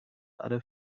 other